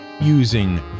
using